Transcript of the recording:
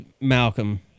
Malcolm